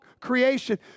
creation